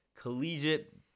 collegiate